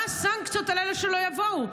מה הסנקציות על אלה שלא יבואו?